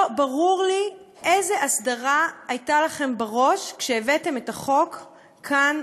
לא ברור לי איזו הסדרה הייתה לכם בראש כשהבאתם את החוק כאן,